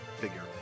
figure